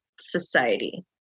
society